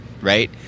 right